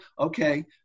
okay